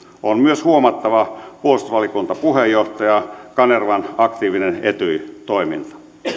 on myös huomattava puolustusvaliokunnan puheenjohtaja kanervan aktiivinen etyj toiminta